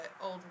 old